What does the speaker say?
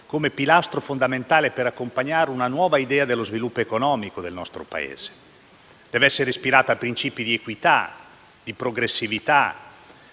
come pilastro fondamentale per accompagnare una nuova idea dello sviluppo economico del nostro Paese. Essa dev'essere ispirata a principi di equità e progressività;